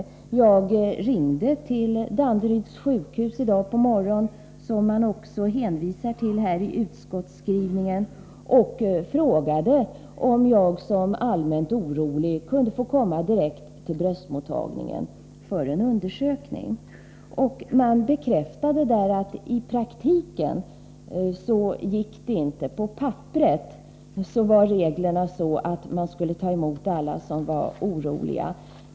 I morse ringde jag till Danderyds sjukhus, som man också hänvisar till i utskottskrivningen, och frågade om jag som allmänt orolig för bröstcancer kunde få komma direkt till bröstmottagningen för en undersökning. Man bekräftade där att det i praktiken inte gick. På papperet var reglerna sådana att man skulle ta emot alla som var oroliga.